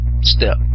step